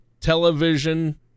television